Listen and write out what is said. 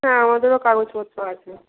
হ্যাঁ আমাদেরও কাগজপত্র আছে